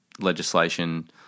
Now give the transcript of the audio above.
legislation